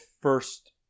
first